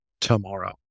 tomorrow